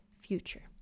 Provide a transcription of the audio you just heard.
future